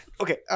Okay